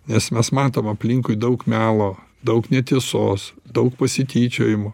nes mes matom aplinkui daug melo daug netiesos daug pasityčiojimų